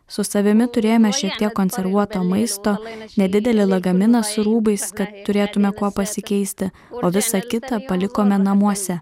su savimi turėjome šiek tiek konservuoto maisto nedidelį lagaminą su rūbais kad turėtume kuo pasikeisti o visa kita palikome namuose